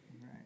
Right